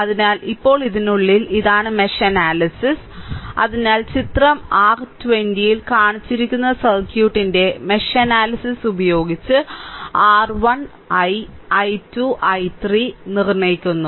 അതിനാൽ ഇപ്പോൾ ഇതിനുള്ളിൽ ഇതാണ് മെഷ് അനാലിസിസ് അതിനാൽ ചിത്രം r 20 ൽ കാണിച്ചിരിക്കുന്ന സർക്യൂട്ടിന്റെ മെഷ് അനാലിസിസ് ഉപയോഗിച്ച് R1 I I2 I3 നിർണ്ണയിക്കുന്നു